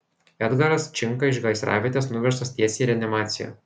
edgaras činka iš gaisravietės nuvežtas tiesiai į reanimaciją